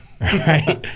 Right